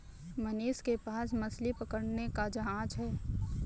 मनीष के पास मछली पकड़ने का जहाज है